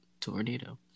tornado